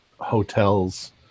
hotels